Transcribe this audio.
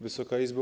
Wysoka Izbo!